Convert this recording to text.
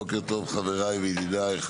בוקר טוב חבריי וידידיי,